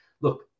Look